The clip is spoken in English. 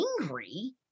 angry